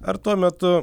ar tuo metu